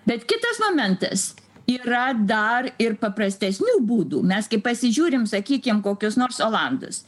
bet kitas momentas yra dar ir paprastesnių būdų mes kai pasižiūrim sakykim kokius nors olandus